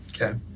Okay